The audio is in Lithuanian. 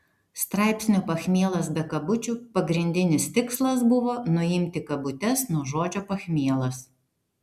straipsnio pachmielas be kabučių pagrindinis tikslas buvo nuimti kabutes nuo žodžio pachmielas